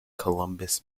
columbus